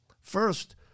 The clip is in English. First